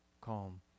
calm